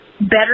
better